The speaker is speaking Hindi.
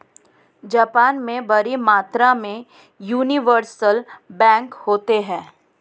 जापान में बड़ी तादाद में यूनिवर्सल बैंक होते हैं